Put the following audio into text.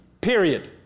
period